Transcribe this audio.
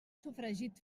sofregit